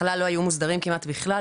בהתחלה הם לא היו מוסדרים כמעט בכלל,